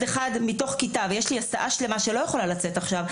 אחד מתוך כיתה ויש לי הסעה שלמה שלא יכולה לצאת עכשיו,